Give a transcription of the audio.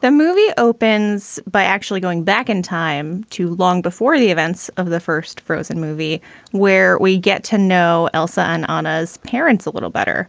the movie opens by actually going back in time, too long before the events of the first frozen movie where we get to know elsa and on as parents a little better.